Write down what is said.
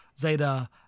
Zeta